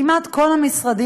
כמעט כל המשרדים,